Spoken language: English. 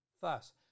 Thus